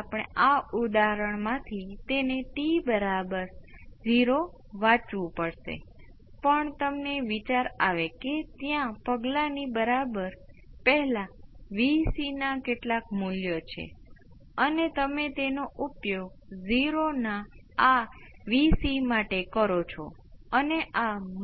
અથવા forced response અને natural response કે જે તમારી પાસે હંમેશા હોય છે ખૂબ જ મહત્વની બાબત એ છે કે જો ઇનપુટ એક્સપોનેનશીયલ હોય તો exponential s t force response પણ એક્સપોનેનશીયલ છે જે આ નથી